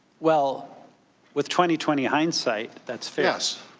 well with twenty twenty hind sight, that's fair. so